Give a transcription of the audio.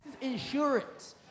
Insurance